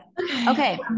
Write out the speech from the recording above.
Okay